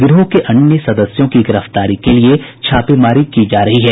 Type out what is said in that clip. गिरोह के अन्य सदस्यों की गिरफ्तारी के लिये छापेमारी की जा रही है